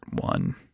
one